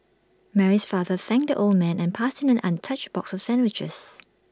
Mary's father thanked the old man and passed him an untouched box of sandwiches